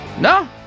No